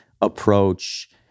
approach